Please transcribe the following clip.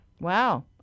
Wow